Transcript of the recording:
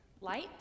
Light